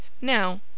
Now